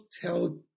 tell